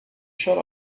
shut